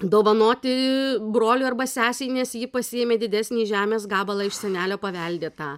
dovanoti broliui arba sesei nes ji pasiėmė didesnį žemės gabalą iš senelio paveldėtą